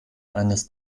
eines